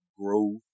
growth